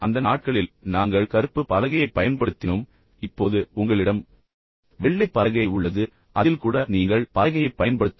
அந்த நாட்களில் நாங்கள் கருப்பு பலகையைப் பயன்படுத்தினோம் இப்போது உங்களிடம் வெள்ளை பலகை உள்ளது அதில் கூட நீங்கள் பலகையைப் பயன்படுத்தலாம்